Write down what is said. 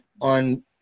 on